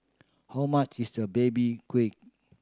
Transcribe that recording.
how much is a baby quid